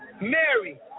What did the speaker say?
Mary